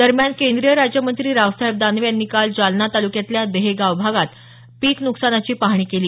दरम्यान केंद्रीय राज्यमंत्री रावसाहेब दानवे यांनी काल जालना तालुक्यातल्या दरेगाव भागात पीक न्कसानाची पाहणी केली